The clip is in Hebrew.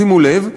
שימו לב,